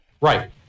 Right